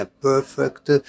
perfect